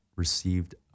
received